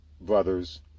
brothers